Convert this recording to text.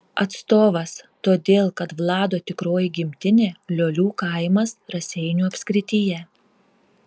atstovas todėl kad vlado tikroji gimtinė liolių kaimas raseinių apskrityje